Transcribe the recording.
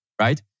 right